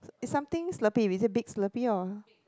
is something Slurpee is it big Slurpee or